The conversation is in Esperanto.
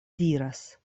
diras